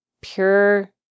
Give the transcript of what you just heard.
pure